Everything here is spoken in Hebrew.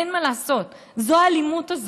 אין מה לעשות, זו האלימות הזאת.